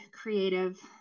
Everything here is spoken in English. creative